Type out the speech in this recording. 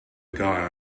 guy